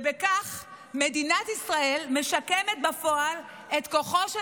ובכך מדינת ישראל משקמת בפועל את כוחו של